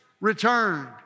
returned